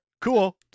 Cool